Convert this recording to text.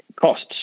costs